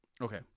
okay